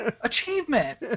Achievement